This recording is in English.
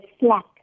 slack